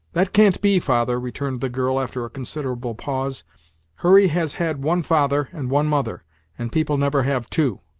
that can't be, father, returned the girl, after a considerable pause hurry has had one father, and one mother and people never have two.